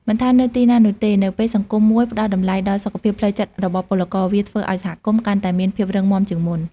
មិនថានៅទីណានោះទេ នៅពេលសង្គមមួយផ្តល់តម្លៃដល់សុខភាពផ្លូវចិត្តរបស់ពលករ វាធ្វើឱ្យសហគមន៍កាន់តែមានភាពរឹងមាំជាងមុន។